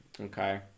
Okay